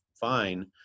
fine